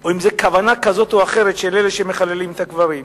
או אם כוונה כזאת או אחרת של אלה שמחללים את הקברים.